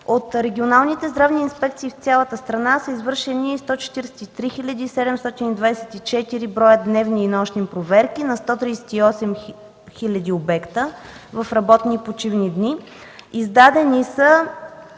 от регионалните здравни инспекции в цялата страна са извършени 143 724 броя дневни и нощни проверки на 138 000 обекта в работни и почивни дни. Издадени са